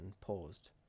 paused